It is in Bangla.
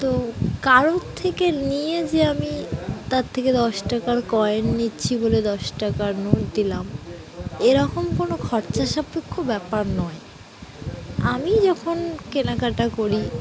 তো কারোর থেকে নিয়ে যে আমি তার থেকে দশ টাকার কয়েন নিচ্ছি বলে দশ টাকার নোট দিলাম এরকম কোনো খরচা সাপেক্ষ ব্যাপার নয় আমি যখন কেনাকাটা করি